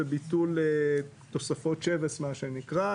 זה ביטול תוספות שבס מה שנקרא,